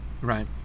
right